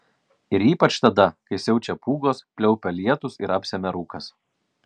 ir ypač tada kai siaučia pūgos pliaupia lietūs ar apsemia rūkas